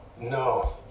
No